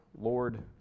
Lord